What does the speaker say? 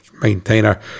Maintainer